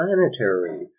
planetary